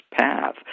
path